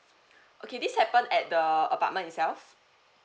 okay this happened at the apartment itself